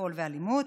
אלכוהול ואלימות,